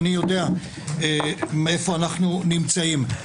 ואני יודע איפה אנחנו נמצאים.